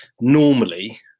normally